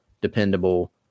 dependable